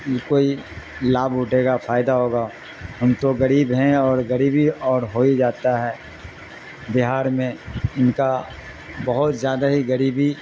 کوئی لابھ اٹھے گا فائدہ ہوگا ہم تو غریب ہیں اور غریبی اور ہو ہی جاتا ہے بہار میں ان کا بہت زیادہ ہی غریبی